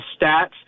stats